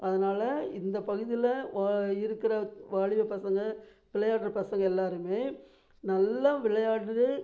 அதனால இந்த பகுதியில் ஓ இருக்கிற வாலிப பசங்கள் விளையாடுகிற பசங்கள் எல்லோருமே நல்லா விளையாண்டு